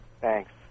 Thanks